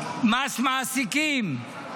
מס מעסיקים,